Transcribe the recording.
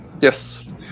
Yes